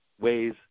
ways